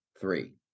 three